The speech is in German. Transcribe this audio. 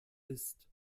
ist